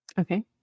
Okay